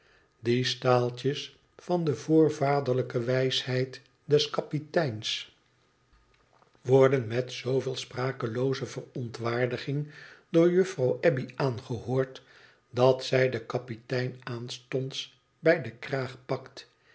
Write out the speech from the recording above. die staaltjes van de voorvaderlijke wijsheid des kapiteins worden met zooveel sprakelooze verontwaardiging door juffrouw abbey aangehoord dat zij den kapitein aanstonds bij den kraag pakt